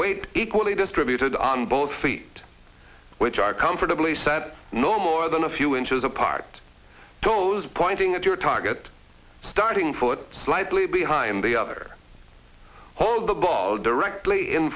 weight equally distributed on both feet which are comfortably set no more than a few inches apart toes pointing at your tongue that starting foot slightly behind the other hold the ball directly in